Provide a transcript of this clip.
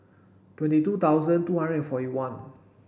twenty two thousand two hundred and forty one